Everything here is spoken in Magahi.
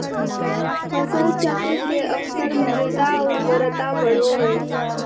फसल चक्र से अक्सर मृदा उर्वरता बढ़ो हइ